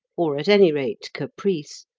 or at any rate caprice,